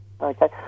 Okay